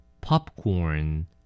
Popcorn